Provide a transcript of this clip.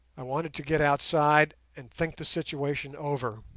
i wanted to get outside and think the situation over.